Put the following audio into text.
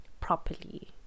properly